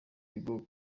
bigo